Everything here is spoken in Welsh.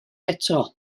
eto